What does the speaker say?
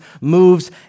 moves